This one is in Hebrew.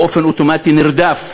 באופן אוטומטי נרדף,